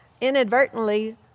inadvertently